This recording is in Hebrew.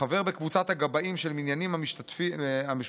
"חבר בקבוצת הגבאים של המניינים המשותפים,